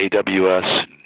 AWS